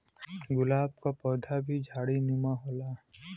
गुलाब क पौधा भी झाड़ीनुमा होला